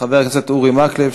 חבר הכנסת אורי מקלב,